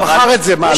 הוא מכר את זה,